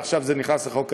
ועכשיו זה נכנס לחוק ההסדרים.